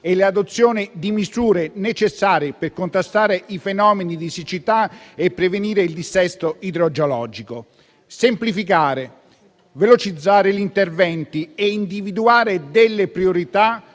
e l'adozione di misure necessarie per contrastare i fenomeni di siccità e prevenire il dissesto idrogeologico. Semplificare, velocizzare gli interventi e individuare delle priorità: